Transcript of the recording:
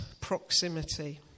proximity